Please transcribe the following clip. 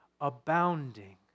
abounding